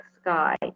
sky